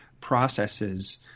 processes